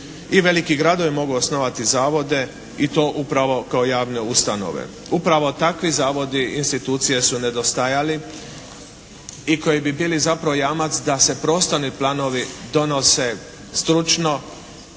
I veliki gradovi mogu osnovati zavode i to upravo kao javne ustanove. Upravo takvi zavodi, institucije su nedostajali i koji bi bili zapravo jamac da se prostorni planovi donose stručno,